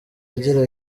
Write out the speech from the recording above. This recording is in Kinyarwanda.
agira